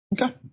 Okay